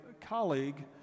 colleague